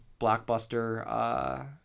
blockbuster